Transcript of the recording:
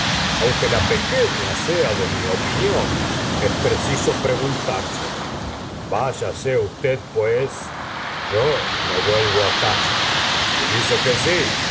aunque la pequeña sea de mi opinión es preciso preguntrselo váyase usted pues yo me vuelvo casa si dice que sí